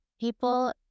people